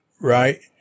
right